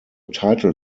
title